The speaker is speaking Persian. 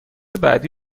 بعدی